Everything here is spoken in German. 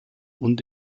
und